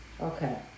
okay